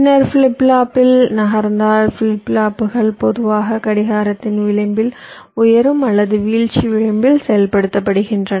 பின்னர் ஃபிளிப் ஃப்ளாப்பில் நகர்ந்தால் ஃபிளிப் ஃப்ளாப்புகள் பொதுவாக கடிகாரத்தின் விளிம்பில் உயரும் அல்லது வீழ்ச்சி விளிம்பில் செயல்படுத்தப்படுகின்றன